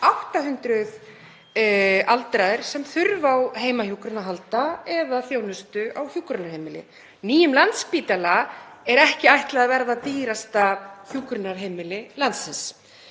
800 aldraðir sem þurfa á heimahjúkrun að halda eða þjónustu á hjúkrunarheimili. Nýjum Landspítala er ekki ætlað að verða dýrasta hjúkrunarheimili landsins.